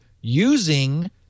using